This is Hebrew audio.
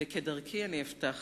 כדרכי אני אפתח